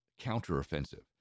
counteroffensive